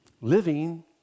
living